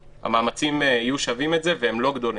המאמצים יהיו שווים את זה, והם לא גדולים.